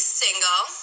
single